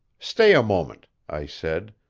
stay a moment, i said,